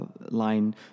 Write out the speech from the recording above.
line